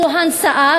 זו השאה,